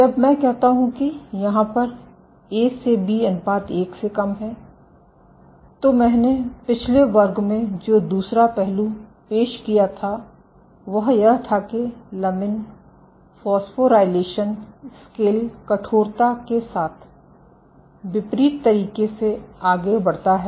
जब मैं कहता हूं कि यहाँ पर ए से बी अनुपात 1 से कम है तो मैंने पिछले वर्ग में जो दूसरा पहलू पेश किया था वह यह था कि लमिन फॉस्फोराइलेशन स्केल कठोरता के साथ विपरीत तरीके से आगे बढ़ता है